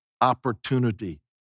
opportunity